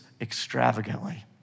extravagantly